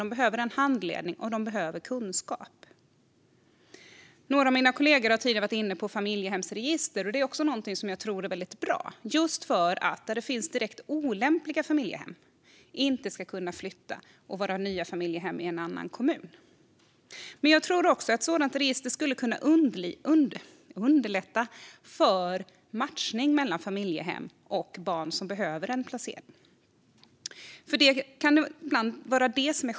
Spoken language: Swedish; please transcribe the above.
De behöver handledning och kunskap. Några av mina kollegor har tidigare varit inne på frågan om familjehemsregister. Det är något som jag tror är bra just för att direkt olämpliga familjehem inte ska kunna flytta sin verksamhet till en annan kommun. Jag tror också att ett sådant register skulle kunna underlätta matchningen mellan familjehem och barn som behöver en placering.